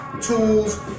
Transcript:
tools